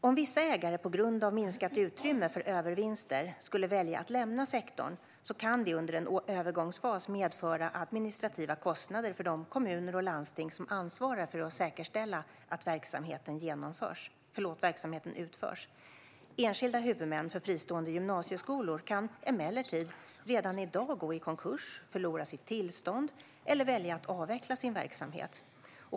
Om vissa ägare på grund av minskat utrymme för övervinster skulle välja att lämna sektorn kan det under en övergångsfas medföra administrativa kostnader för de kommuner och landsting som ansvarar för att säkerställa att verksamheten utförs. Enskilda huvudmän för fristående gymnasieskolor kan emellertid redan i dag gå i konkurs, förlora sitt tillstånd eller välja att avveckla sin verksamhet.